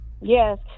yes